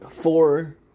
four